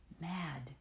mad